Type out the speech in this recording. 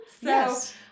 Yes